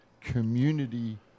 community